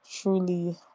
truly